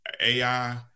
AI